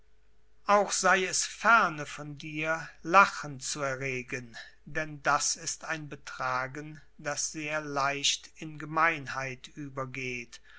auch sei es ferne von dir lachen zu erregen denn das ist ein betragen das sehr leicht in gemeinheit übergeht